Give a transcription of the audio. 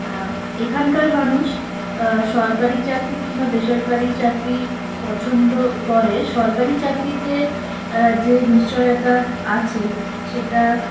এখানকার মানুষ সরকারি চাকরি কিংবা বেসরকারি চাকরি পছন্দ করে সরকারি চাকরিতে যে নিশ্চয়তা আছে সেটা